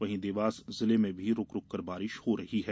वहीं देवास जिले में भी रूक रूककर बारिश हो रही है